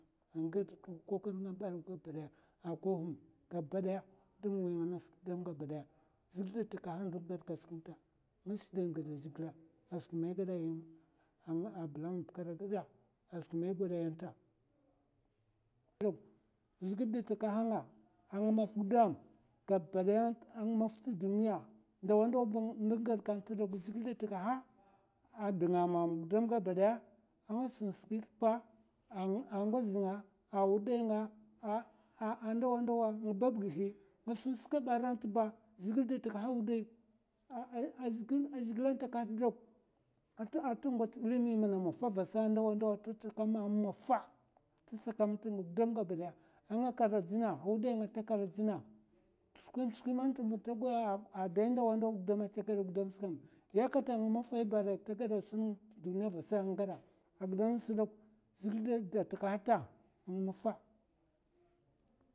Nga kokwar nga gaba ɓaya a koghum gaba ɓaya. wudam wi nga angasa gudam gaba ɓaya zhigile da takahanga gudam gaba ɓaya, nga shidan gide a zhigile a bulama bukar a gaɓa iri ngasa gaba ɓaya, zhigile da takaha nga kaba day, nga shidan gide a zhigile a skwi aman ye gaɓa, anga maffa gaba ɓaya, anga maffa te duniya, ndawa ndawa ba, nga gaka n'keke n'keke ba, zhigile da da takaha. a denga amama gaba ɓaya, a sun skwi n'te pa, a ngozi nga, a wuɓay nga a ndawa ndawa gudam ba, ta sun skwaba aranta ba. Zhigile da takahata a ta ngots ilimi man maffa avasa a wuday. ata tsaka ma a ma maffa a wudaynga ata karajina zhigile atakahata aranta. a zhigile a takaha ndawa ndawa ata tokwa a maffa, ata takaha nga gaba daya, skway me skway me ata gede te duniya se kam zhigile da takahata a maffa skwi guda man ta gede te duniya yakamata a mafay ba aray tasun nga te duniya avasa, agiɓe ngasa ɓok zhigile da takahata anga maffa.